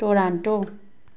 Toronto